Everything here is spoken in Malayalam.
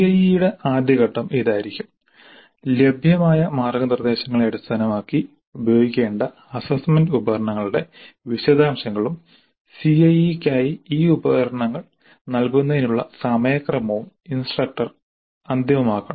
CIE യുടെ ആദ്യ ഘട്ടം ഇതായിരിക്കും ലഭ്യമായ മാർഗ്ഗനിർദ്ദേശങ്ങളെ അടിസ്ഥാനമാക്കി ഉപയോഗിക്കേണ്ട അസ്സസ്സ്മെന്റ് ഉപകരണങ്ങളുടെ വിശദാംശങ്ങളും CIE ക്കായി ഈ ഉപകരണങ്ങൾ നൽകുന്നതിനുള്ള സമയക്രമവും ഇൻസ്ട്രക്ടർ അന്തിമമാക്കണം